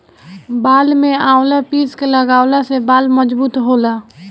बाल में आवंला पीस के लगवला से बाल मजबूत होला